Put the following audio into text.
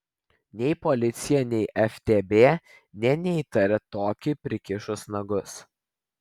nei policija nei ftb nė neįtarė tokį prikišus nagus